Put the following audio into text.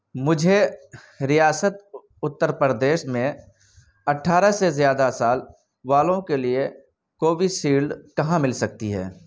مجھے ریاست اتر پردیش میں اٹھارہ سے زیادہ سال والوں کے لیے کوویشلڈ کہاں مل سکتی ہے